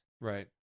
Right